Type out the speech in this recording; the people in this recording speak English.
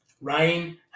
Rain